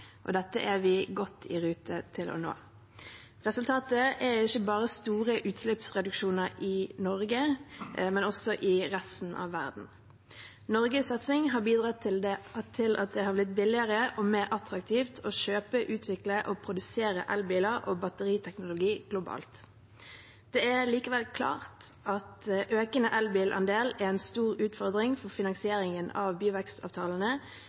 2025. Dette er vi godt i rute til å nå. Resultatet er ikke bare store utslippsreduksjoner i Norge, men også i resten av verden. Norges satsing har bidratt til at det har blitt billigere og mer attraktivt å kjøpe, utvikle og produsere elbiler og batteriteknologi globalt. Det er likevel klart at økende elbilandel er en stor utfordring for finansieringen av byvekstavtalene,